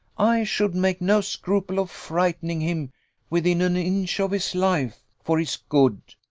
i should make no scruple of frightening him within an inch of his life, for his good.